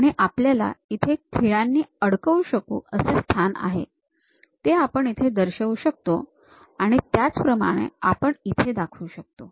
आणि आपल्याकडे इथे खिळ्यांनी अडकवू शकू असे स्थान आहे ते आपण इथे दर्शवू शकतो आणि त्याचप्रमाणे हे आपण इथे दाखवू शकतो